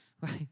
Right